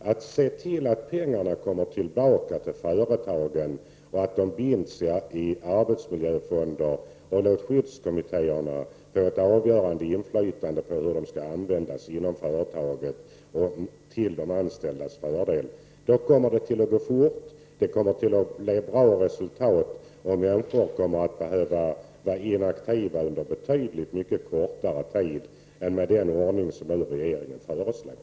Man ser till att pengarna kommer tillbaka till företagen och att de binds i arbetsmiljöfonder, och skyddskommittéerna får ett avgörande inflytande på hur pengarna skall användas inom företaget till de anställdas fördel. Om detta sker kommer det att gå fort. Det blir ett bra resultat, och människor kommer att behöva vara inaktiva under betydligt kortare tid än med den ordning som regeringen föreslår.